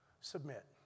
Submit